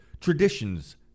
traditions